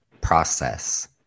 process